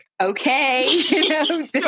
okay